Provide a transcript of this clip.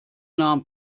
nahm